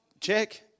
check